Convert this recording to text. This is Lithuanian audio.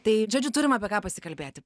tai žodžiu turim apie ką pasikalbėti